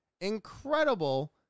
incredible